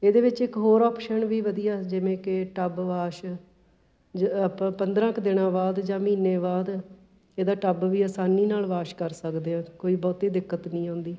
ਇਹਦੇ ਵਿੱਚ ਇੱਕ ਹੋਰ ਆਪਸ਼ਨ ਵੀ ਵਧੀਆ ਜਿਵੇਂ ਕਿ ਟੱਬ ਵਾਸ਼ ਆਪਾਂ ਪੰਦਰਾਂ ਕੁ ਦਿਨਾਂ ਬਾਅਦ ਜਾਂ ਮਹੀਨੇ ਬਾਅਦ ਇਹਦਾ ਟੱਬ ਵੀ ਆਸਾਨੀ ਨਾਲ ਵਾਸ਼ ਕਰ ਸਕਦੇ ਹਾਂ ਕੋਈ ਬਹੁਤੀ ਦਿੱਕਤ ਨਹੀਂ ਆਉਂਦੀ